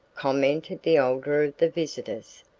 commented the older of the visitors.